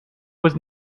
was